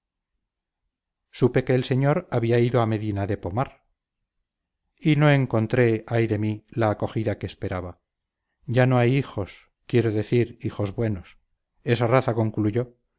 supe que el señor había ido a medina de pomar y no encontré ay de mí la acogida que esperaba ya no hay hijos quiero decir hijos buenos esa raza concluyó